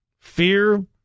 Fear